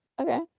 okay